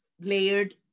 layered